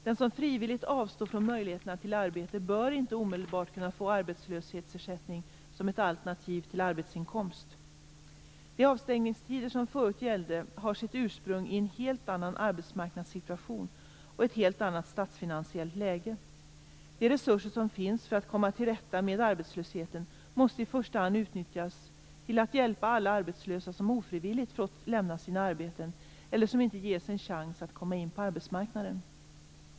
Den som frivilligt avstår från möjligheterna till arbete bör inte omedelbart kunna få arbetslöshetsersättning som ett alternativ till arbetsinkomst. De avstängningstider som förut gällde har sitt ursprung i en helt annan arbetsmarknadssituation och ett helt annat statsfinansiellt läge. De resurser som finns för att komma till rätta med arbetslösheten måste i första hand utnyttjas till att hjälpa alla arbetslösa som ofrivilligt fått lämna sina arbeten eller som inte ges en chans att komma in på arbetsmarknaden.